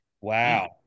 Wow